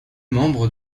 membre